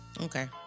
Okay